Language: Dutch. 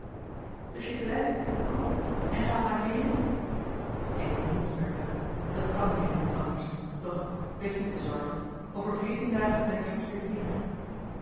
dus je blijft bij uw plan en gaat naar veere ik moet bertha dat kan nu eenmaal niet anders doch wees niet bezorgd over veertien dagen ben ik immers weer hier